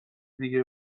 دیگه